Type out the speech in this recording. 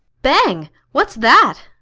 bang! what's that?